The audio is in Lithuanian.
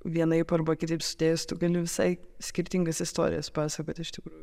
vienaip arba kitaip sudėjus tu gali visai skirtingas istorijas pasakot iš tikrųjų